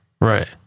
right